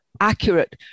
accurate